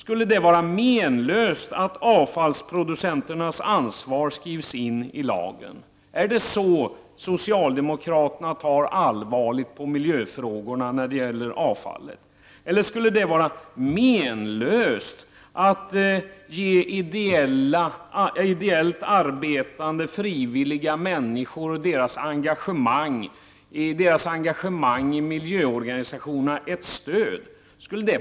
Skulle det vara menlöst att avfallsproducenternas ansvar skrevs in i lagen? Är det på det sättet socialdemokraterna tar allvarligt på miljöfrågorna när det gäller avfallet? Skulle det vara helt menlöst att ge människor som arbetar ideellt i miljöorganisationerna ett stöd?